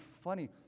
funny